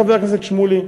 חבר כנסת שמולי.